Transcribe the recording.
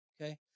Okay